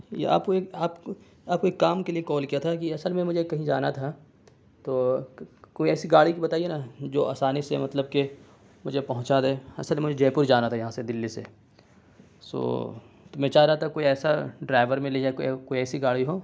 یہ آپ کو ایک بات آپ کو ایک کام کے لیے کال کیا تھا کہ اصل میں مجھے کہیں جانا تھا تو کوئی ایسی گاڑی بتائیے نا جو آسانی سے مطلب کہ مجھے پہنچا دے اصل مجھے جے پور جانا تھا یہاں سے دلی سے سو تو میں چاہ رہا تھا کوئی ایسا ڈرائیور ملے یا کوئی کوئی ایسی گاڑی ہو